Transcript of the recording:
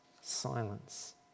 silence